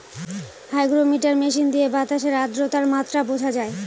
hygrometer machine দিয়ে বাতাসের আদ্রতার মাত্রা বোঝা হয়